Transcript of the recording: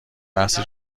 بحث